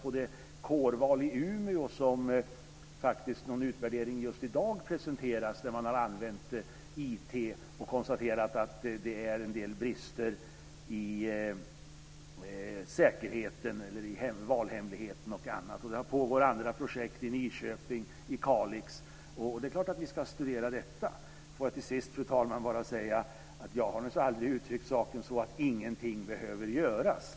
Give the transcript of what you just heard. Man har t.ex. använt IT vid kårval i Umeå, där en utvärdering just i dag presenteras. Man konstaterar att det finns en del brister i säkerheten, i valhemligheten och annat. Det pågår också andra projekt i Nyköping och i Kalix. Det är klart att vi ska studera dem. Fru talman! Till sist vill jag bara säga att jag naturligtvis aldrig har uttryckt saken så att ingenting behöver göras.